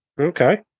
Okay